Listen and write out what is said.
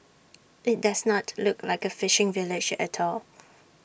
IT does not look like A fishing village at all